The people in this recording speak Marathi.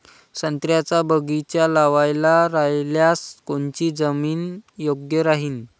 संत्र्याचा बगीचा लावायचा रायल्यास कोनची जमीन योग्य राहीन?